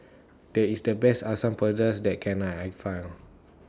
This IS The Best Asam Pedas that Can I I Find